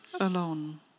alone